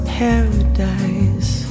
paradise